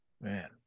Man